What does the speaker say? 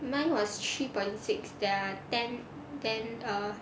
mine was three point six there are ten ten err